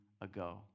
ago